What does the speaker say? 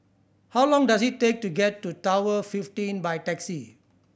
how long does it take to get to Tower fifteen by taxi